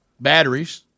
Batteries